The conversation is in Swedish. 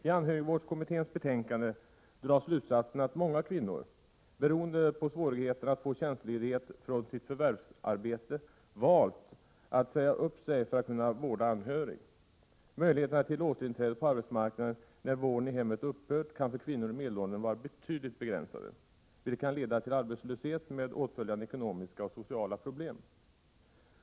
T anhörigvårdskommitténs betänkande dras slutsatsen att många kvinnor, beroende på svårigheterna att få tjänstledighet från sitt förvärvsarbete, så att säga valt att säga upp sig för att kunna vårda anhörig. Möjligheterna till återinträde på arbetsmarknaden när vården i hemmet upphört kan för kvinnor i medelåldern vara betydligt begränsade, vilket kan leda till arbetslöshet med åtföljande ekonomiska och sociala problem.